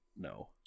No